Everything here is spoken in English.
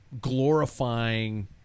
glorifying